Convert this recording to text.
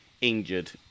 injured